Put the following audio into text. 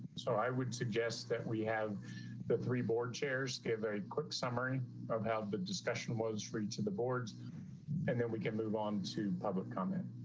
so i would suggest that we have the three board chairs give a quick summary of how the discussion was free to the boards and then we can move on to public comment.